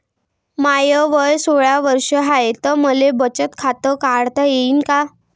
माय वय सोळा वर्ष हाय त मले बचत खात काढता येईन का?